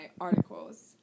articles